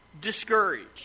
discouraged